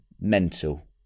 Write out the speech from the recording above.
Mental